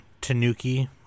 Tanuki